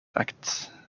act